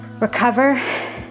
Recover